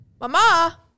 mama